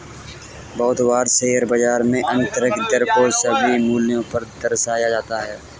बहुत बार शेयर बाजार में आन्तरिक दर को सभी मूल्यों पर दर्शाया जाता है